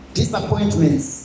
disappointments